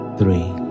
three